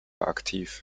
aktiv